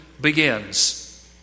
begins